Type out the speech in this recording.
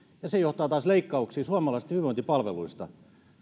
ja se johtaa taas leikkauksiin suomalaisten hyvinvointipalveluista